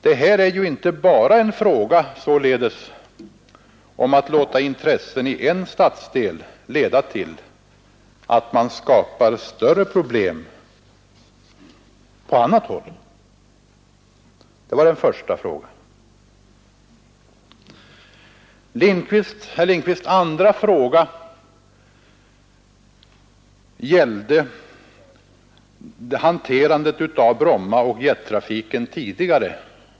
Detta är således inte bara en fråga om att låta intressen i en stadsdel leda till att man skapar större problem på annat håll. Herr Lindkvists andra fråga gällde hanterandet av Bromma och jettrafiken tidigare.